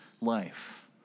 life